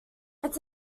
its